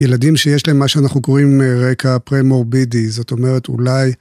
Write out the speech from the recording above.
ילדים שיש להם מה שאנחנו קוראים רקע פרי מורבידי, זאת אומרת אולי.